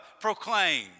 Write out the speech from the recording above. proclaim